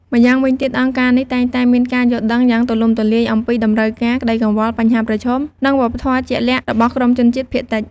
ម្យ៉ាងវិញទៀត អង្គការនេះតែងតែមានការយល់ដឹងយ៉ាងទូលំទូលាយអំពីតម្រូវការ ក្តីកង្វល់ បញ្ហាប្រឈម និងវប្បធម៌ជាក់លាក់របស់ក្រុមជនជាតិភាគតិច។